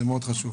זה מאוד חשוב.